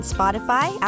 Spotify